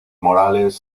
morales